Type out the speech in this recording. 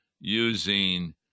using